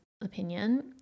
opinion